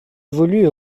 évolue